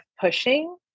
pushing